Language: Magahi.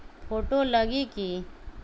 फोटो लगी कि?